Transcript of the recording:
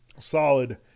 solid